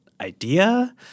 idea